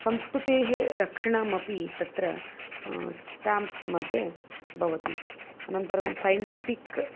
संस्कृतेः रक्षणमपि तत्र स्टाम्प्स् मध्ये भवति अनन्तरं सैण्टिफ़िक्